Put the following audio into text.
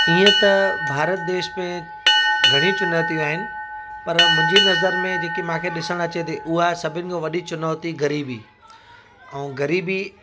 इअं त भारत देश में घणियूं चुनौतियूं आहिनि पर मुंहिंजी नज़र में जेके मांखे ॾिसण अचे थी उहा सभिनी खे वॾी चुनौती ग़रीबी ऐं ग़रीबी